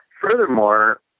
Furthermore